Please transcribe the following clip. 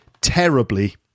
Terribly